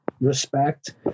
respect